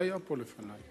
מי היה פה לפני?